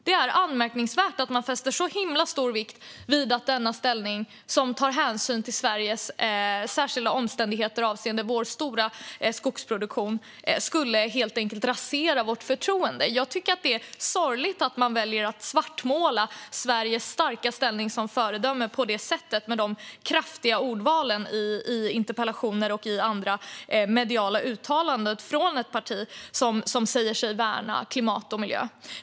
Det är anmärkningsvärt att man fäster så himla stor vikt vid att regeringen intar denna ställning, som tar hänsyn till Sveriges särskilda omständigheter avseende vår stora skogsproduktion, och menar att den helt enkelt skulle rasera vårt förtroende. Jag tycker att det är sorgligt att man väljer att svartmåla Sveriges starka ställning som föredöme på det sättet med de kraftiga ordvalen i interpellationer och i andra mediala uttalanden från ett parti som säger sig värna klimat och miljö.